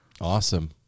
Awesome